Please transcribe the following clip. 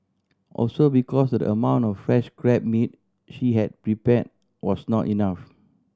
also because the amount of fresh crab meat she had prepared was not enough